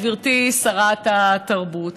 גברתי שרת התרבות?